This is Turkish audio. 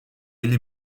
elli